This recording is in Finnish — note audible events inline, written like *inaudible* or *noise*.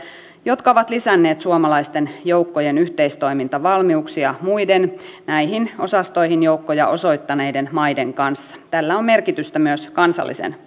jotka ovat lisänneet suomalaisten joukkojen yhteistoimintavalmiuksia muiden näihin osastoihin joukkoja osoittaneiden maiden kanssa tällä on merkitystä myös kansallisen *unintelligible*